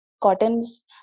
cottons